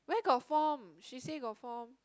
where got form she say got form